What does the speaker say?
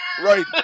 right